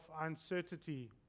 uncertainty